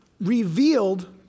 revealed